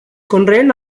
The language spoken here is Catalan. conreen